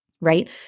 Right